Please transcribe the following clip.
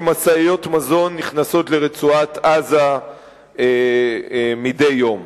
כי משאיות מזון נכנסות לרצועת-עזה מדי יום